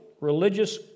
religious